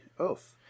Oof